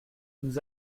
nous